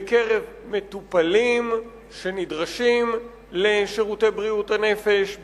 בקרב מטופלים שנדרשים לשירותי בריאות הנפש,